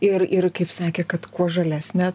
ir ir kaip sakė kad kuo žalesnę